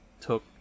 took